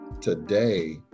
today